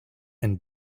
and